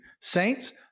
Saints